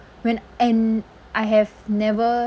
when and I have never